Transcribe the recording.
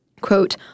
Quote